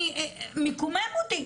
הוא מקומם אותי.